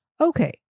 Okay